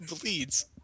bleeds